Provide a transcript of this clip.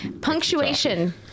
Punctuation